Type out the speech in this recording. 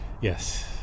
Yes